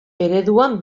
ereduan